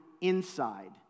inside